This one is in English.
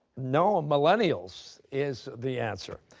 no. millennials is the answer.